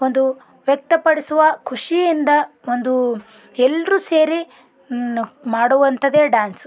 ಒಂದು ವ್ಯಕ್ತಪಡಿಸುವ ಖುಷಿಯಿಂದ ಒಂದು ಎಲ್ಲರೂ ಸೇರಿ ಮಾಡುವಂಥದ್ದೇ ಡಾನ್ಸು